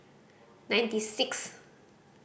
ninety six